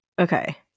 Okay